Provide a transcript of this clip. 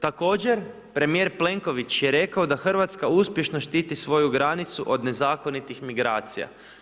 Također premijer Plenković je rekao da RH uspješno štiti svoju granicu od nezakonitih migracija.